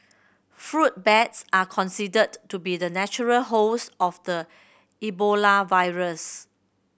fruit bats are considered to be the natural host of the Ebola virus